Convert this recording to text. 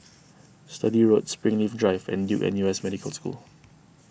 Sturdee Road Springleaf Drive and Duke N U S Medical School